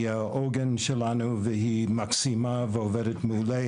היא עוגן שלנו ומקסימה ועובדת מעולה.